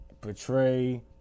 portray